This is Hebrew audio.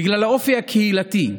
בגלל האופי הקהילתי,